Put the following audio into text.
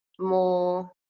more